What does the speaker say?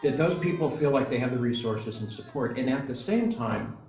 those people feel like they have the resources and support. and at the same time,